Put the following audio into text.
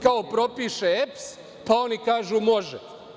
Kao pripiše EPS pa oni kažu – može.